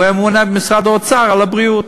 הוא היה ממונה במשרד האוצר על הבריאות,